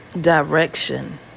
direction